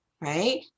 right